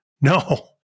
No